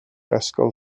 ysgol